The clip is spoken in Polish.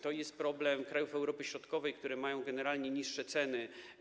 To jest problem krajów Europy Środkowej, które mają generalnie niższe ceny.